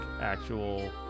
actual